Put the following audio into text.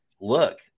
look